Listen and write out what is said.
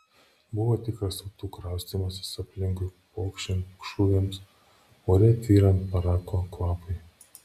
buvo tikras tautų kraustymasis aplinkui pokšint šūviams ore tvyrant parako kvapui